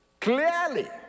Clearly